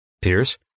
Pierce